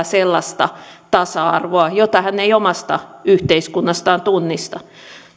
sellaista tasa arvoa jota hän ei omasta yhteiskunnastaan tunnista